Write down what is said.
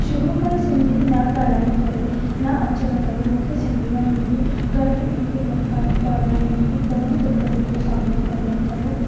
शुरूअ खां ई सिंधी न ॻाल्हाइणु करे न अचणु करे मूंखे सिंधीअ में बि घणेईं मूंखे लिखण पढ़ण में बि घणेई दिक़तुनि जो सामिनो करिणो पियो